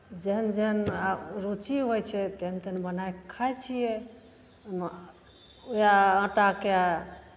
जेहन जेहन आ रुचि होइ छै तेहन तेहन बनाए कऽ खाइ छियै उएह आटाके